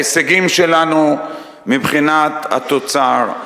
ההישגים שלנו מבחינת התוצר,